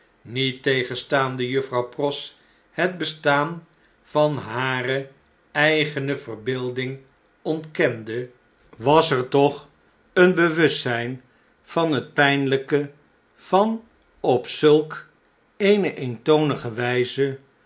niettegenstaande juffrouw pross het bestaan van hare eigene verbeelding ontkende was er toch een bewustzjjn van het pjjnljjke van op zulk eene eentonige wjjze